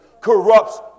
corrupts